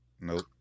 Nope